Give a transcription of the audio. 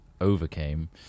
overcame